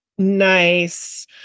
Nice